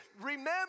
Remember